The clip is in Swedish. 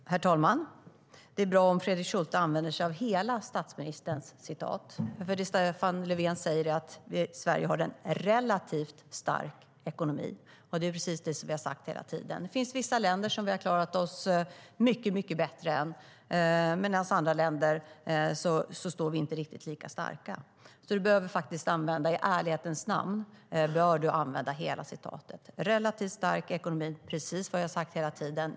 Herr talman! Det är bra om Fredrik Schulte använder sig av hela citatet från statsministern. Det Stefan Löfven säger är att Sverige har en relativtDet finns vissa länder som vi har klarat oss mycket bättre än, medan vi jämfört med andra länder inte står riktigt lika starka. Du bör faktiskt i ärlighetens namn använda hela citatet. Det handlar om en relativt stark ekonomi, och det är precis vad jag har sagt hela tiden.